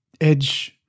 edge